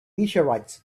meteorites